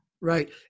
Right